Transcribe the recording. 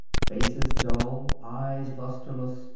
faces dull, eyes lusterless,